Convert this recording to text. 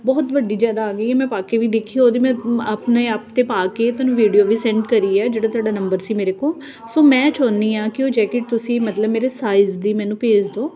ਬਹੁਤ ਵੱਡੀ ਜ਼ਿਆਦਾ ਆ ਗਈ ਮੈਂ ਪਾ ਕੇ ਵੀ ਦੇਖੀ ਉਹਦੀ ਮੈਂ ਆਪਣੇ ਆਪ ਤੇ' ਪਾ ਕੇ ਤੁਹਾਨੂੰ ਵੀਡੀਓ ਵੀ ਸੈਂਡ ਕਰੀ ਹੈ ਜਿਹੜੇ ਤੁਹਾਡੇ ਨੰਬਰ ਸੀ ਮੇਰੇ ਕੋਲ ਸੋ ਮੈਂ ਚਾਹੁੰਦੀ ਹਾਂ ਕਿ ਉਹ ਜੈਕਟ ਤੁਸੀਂ ਮਤਲਬ ਮੇਰੇ ਸਾਈਜ਼ ਦੀ ਮੈਨੂੰ ਭੇਜ ਦਿਓ